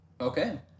Okay